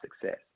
success